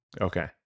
Okay